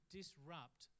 disrupt